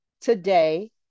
today